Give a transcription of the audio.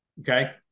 Okay